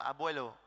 abuelo